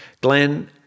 Glenn